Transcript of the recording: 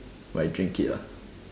like drink it lah